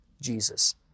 Jesus